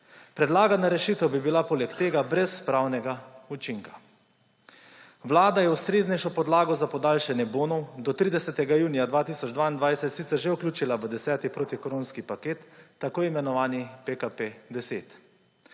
Predlagana rešitev bi bila poleg tega brez pravnega učinka. Vlada je ustreznejšo podlago za podaljšanje bonov do 30. junija 2022 sicer že vključila v 10. protikoronski paket, tako imenovani PKP10,